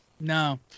No